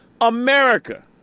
America